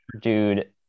dude